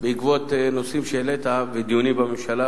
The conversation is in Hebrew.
בעקבות נושאים שהעלית ודיונים בממשלה,